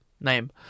name